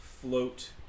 float